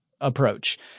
approach